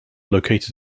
located